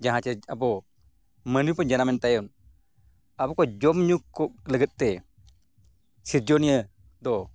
ᱡᱟᱦᱟᱸ ᱪᱮᱫ ᱟᱵᱚ ᱢᱟᱹᱱᱢᱤ ᱵᱚᱱ ᱡᱟᱱᱟᱢᱮᱱ ᱛᱟᱭᱚᱢ ᱟᱵᱚ ᱠᱚ ᱡᱚᱢᱼᱧᱩ ᱠᱚ ᱞᱟᱹᱜᱤᱫ ᱛᱮ ᱥᱤᱨᱡᱚᱱᱤᱭᱟᱹ ᱫᱚ